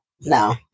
No